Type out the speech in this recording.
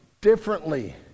differently